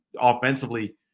offensively